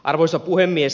arvoisa puhemies